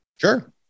sure